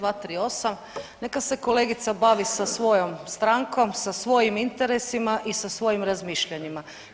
238., neka se kolegica bavi sa svojom strankom, sa svojim interesima i sa svojim razmišljanjima.